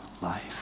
life